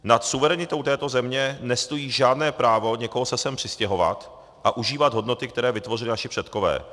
Nad suverenitou této země nestojí žádné právo někoho se sem přistěhovat a užívat hodnoty, které vytvořili naši předkové.